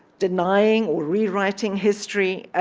denying or rewriting history, ah